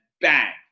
bang